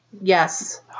Yes